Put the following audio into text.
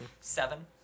Seven